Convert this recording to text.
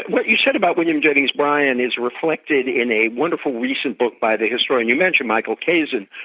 what you said about william jennings bryan is reflected in a wonderful recent book by the historian you mentioned, michael kazin,